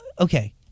okay